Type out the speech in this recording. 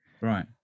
right